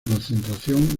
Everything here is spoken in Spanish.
concentración